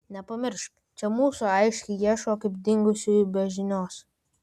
nepamiršk čia mūsų aiškiai ieško kaip dingusiųjų be žinios